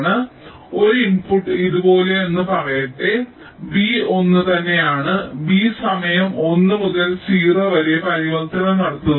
അതിനാൽ ഒരു ഇൻപുട്ട് ഇതുപോലെയെന്ന് പറയട്ടെ ബി ഒന്നുതന്നെയാണ് b സമയം 1 മുതൽ 0 വരെ പരിവർത്തനവും നടത്തുന്നു